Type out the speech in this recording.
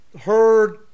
heard